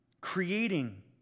Creating